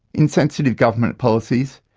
insensitive government policies,